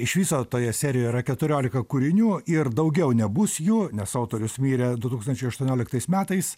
iš viso toje serijo yra keturiolika kūrinių ir daugiau nebus jų nes autorius mirė du tūkstančiai aštuonioliktais metais